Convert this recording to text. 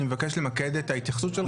אני מבקש למקד את ההתייחסות שלך,